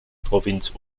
provinz